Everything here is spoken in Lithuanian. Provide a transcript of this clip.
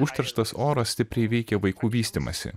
užterštas oras stipriai veikia vaikų vystymąsi